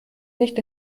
nicht